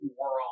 world